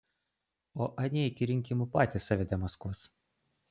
o anie iki rinkimų patys save demaskuos